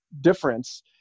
difference